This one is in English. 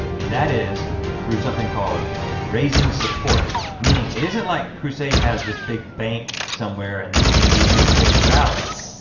and that is through something called raising support, meaning it isn't like crusade has this big bank somewhere and they just pay people salaries.